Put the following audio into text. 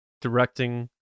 directing